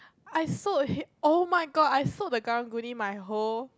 I sold him~ oh-my-god I sold the karang-guni my whole